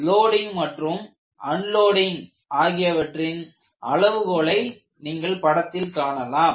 எனவே லோடிங் மற்றும் அன்லோடிங் ஆகியவற்றின் அளவுகோலை நீங்கள் படத்தில் காணலாம்